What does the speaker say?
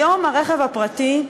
היום הרכב הפרטי,